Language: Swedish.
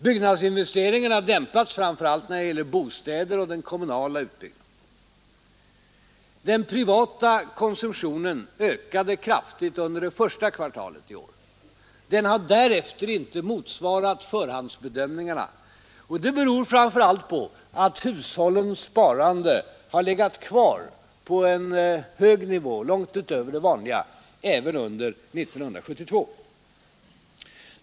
Byggnadsinvesteringarna har dämpats framför allt när det gäller bostäder och den kommunala utbyggnaden. Den privata konsumtionen ökade kraftigt under det första kvartalet i år. Den har därefter inte motsvarat förhandsbedömningarna, och det beror framför allt på att hushållens sparande legat kvar på en hög nivå — långt utöver det vanliga — även under 1972.